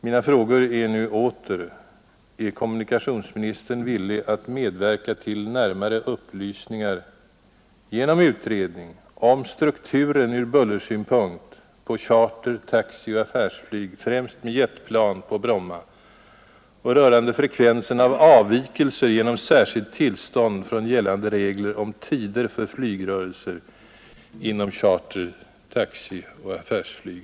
Mina frågor är nu åter: Är kommunikationsministern villig att medverka till att få fram närmare upplysningar, genom utredning, om strukturen ur bullersynpunkt på charter-, taxioch affärsflyg, främst med jetplan, på Bromma och rörande frekvensen av avvikelser genom särskilt tillstånd från gällande regler om tider för flygrörelser inom charter-, taxioch affärsflyg?